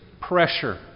pressure